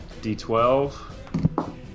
d12